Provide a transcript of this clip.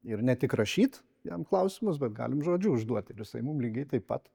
ir ne tik rašyt jam klausimus bet galim žodžiu užduot ir jisai mum lygiai taip pat